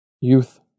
youth